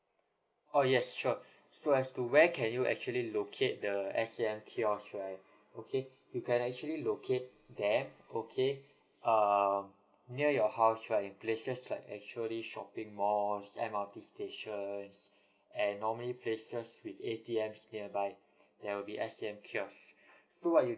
oh yes sure so as to where can you actually locate the S_A_M kiosk right okay you can actually locate them okay err near your house right in places like actually shopping malls M_R_T stations and normally places with A_T_M nearby there will be S_A_M kiosk so what you